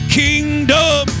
kingdom